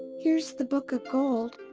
here's the book of gold.